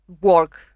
work